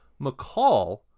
McCall